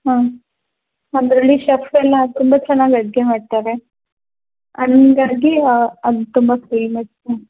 ಹಾಂ ನಮ್ದ್ರಲ್ಲಿ ಶೆಫ್ ಎಲ್ಲ ತುಂಬ ಚೆನ್ನಾಗಿ ಅಡುಗೆ ಮಾಡ್ತಾರೆ ಹಂಗಾಗಿ ಅದು ತುಂಬ ಫೇಮಸ್ ಮ್ಯಾಮ್